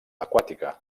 aquàtica